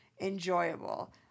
enjoyable